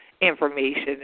information